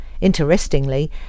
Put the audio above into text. Interestingly